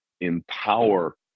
empower